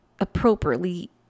appropriately